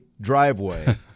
driveway